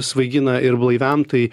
svaigina ir blaiviam tai